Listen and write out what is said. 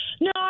no